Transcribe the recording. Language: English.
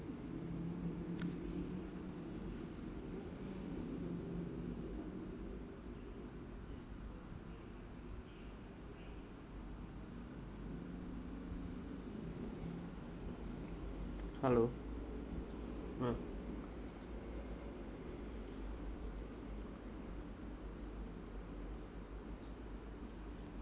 hello uh